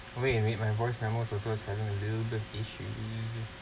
wait a minute my voice memos also suddenly a bit issue